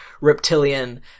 reptilian